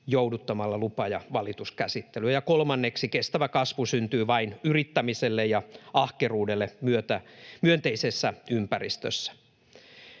jouduttamalla lupa- ja valituskäsittelyä. Ja kolmanneksi, kestävä kasvu syntyy vain yrittämiselle ja ahkeruudelle myönteisessä ympäristössä.